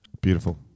Beautiful